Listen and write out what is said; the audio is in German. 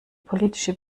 politische